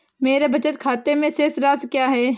मेरे बचत खाते में शेष राशि क्या है?